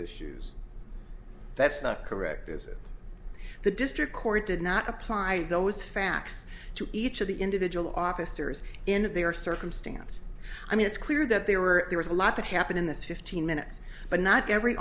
issues that's not correct is it the district court did not apply those facts to each of the individual officers in that they are circumstance i mean it's clear that they were there was a lot that happened in this fifteen minutes but not every